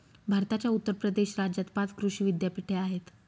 भारताच्या उत्तर प्रदेश राज्यात पाच कृषी विद्यापीठे आहेत